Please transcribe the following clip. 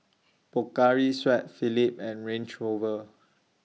Pocari Sweat Phillips and Range Rover